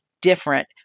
different